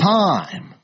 time